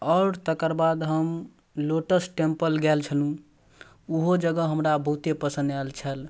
आओर तकर बाद हम लोटस टेम्पल गेल छलहुँ ओहो जगह हमरा बहुते पसन्द आएल छल